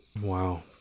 Wow